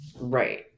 Right